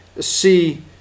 see